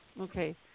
Okay